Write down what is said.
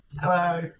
Hello